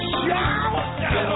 shout